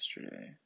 yesterday